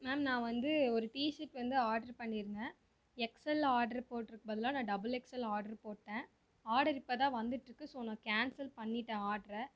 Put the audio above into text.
ma'am நான் வந்து ஒரு டீஷர்ட் வந்து ஆர்டரு பண்ணியிருந்தேன் எக்ஸ்எல்ல ஆர்டரு போட்ருக் பதிலா நான் டபுல் எக்ஸ்எல்ல ஆர்டரு போட்டேன் ஆர்டர் இப்போ தான் வந்துட்டிருக்கு ஸோ நான் கேன்சல் பண்ணிட்டேன் ஆர்ட்ரை